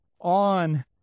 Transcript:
on